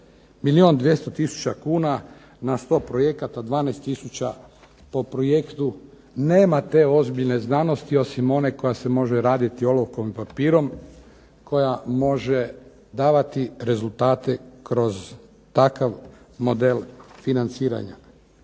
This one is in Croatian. Milijun 200 tisuća kuna na 100 projekata, 12 tisuća po projektu. Nema te ozbiljne znanosti osim one koja se može raditi olovkom i papirom koja može davati rezultate kroz takav model financiranja.